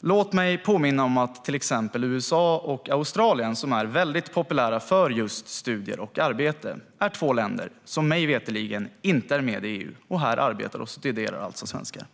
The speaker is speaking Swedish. Låt mig påminna om att till exempel USA och Australien, som är väldigt populära när det gäller just studier och arbete, är två länder som mig veterligen inte är med i EU. Här arbetar och studerar alltså svenskar.